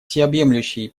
всеобъемлющий